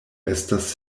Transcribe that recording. estas